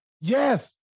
Yes